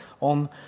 on